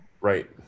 right